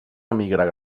emigrar